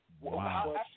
Wow